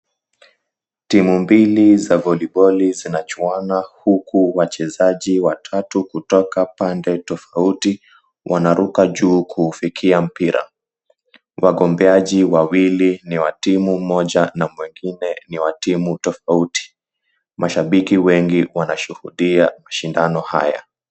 Timu mbili za voliboli zinachuana, huku wachezaji watatu kutoka pande tofauti, wanaruka juu kuufikia mpira. Wagombeaji wawili ni wa timu moja na mwingine ni wa timu tofauti. Mashabiki wengi wanashuhudia mashindano haya.